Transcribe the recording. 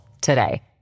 today